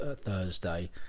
Thursday